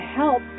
help